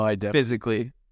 physically